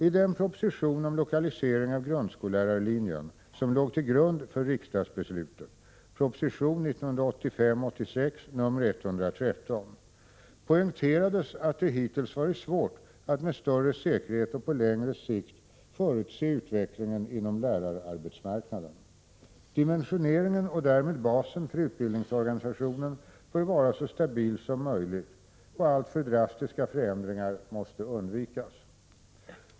I den proposition om lokalisering av grundskollärarlinjen som låg till grund för riksdagsbeslutet poängterades att det hittills varit svårt att med större säkerhet och på längre sikt förutse utvecklingen inom lärararbetsmarknaden. Dimensioneringen och därmed basen för utbildningsorganisationen bör vara så stabil som möjligt, och alltför drastiska förändringar måste undvikas.